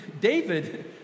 David